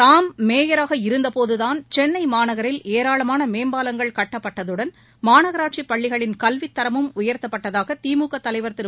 தாம் மேயராக இருந்தபோதுதான் சென்னை மாநகரில் ஏராளமான மேம்பாலங்கள் கட்டப்பட்டதுடன் மாநகராட்சிப் பள்ளிகளின் கல்வித் தரமும் உயர்த்தப்பட்டதாக திமுக தலைவர் திரு